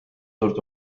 suurt